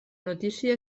notícia